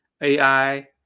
AI